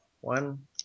one